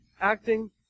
acting